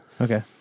Okay